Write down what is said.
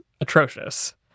atrocious